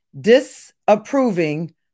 disapproving